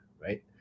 right